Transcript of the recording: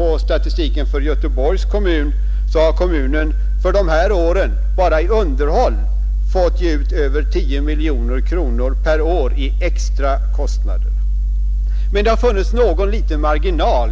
Av statistiken för Göteborgs kommun framgår t.ex. att man där under nämnda år bara i underhåll har fått lägga ut över 10 miljoner kronor per år i extra kostnader. Men det har ändå funnits en liten marginal,